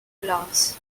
glass